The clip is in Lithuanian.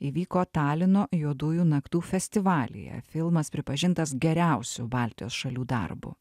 įvyko talino juodųjų naktų festivalyje filmas pripažintas geriausiu baltijos šalių darbu